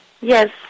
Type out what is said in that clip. Yes